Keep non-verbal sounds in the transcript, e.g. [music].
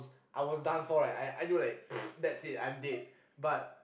I was done for right I knew like [noise] that's it I'm dead but